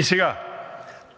добавка.